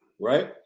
Right